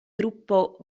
gruppo